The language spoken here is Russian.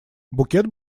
букет